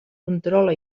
controla